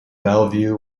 bellevue